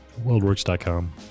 worldworks.com